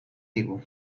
digu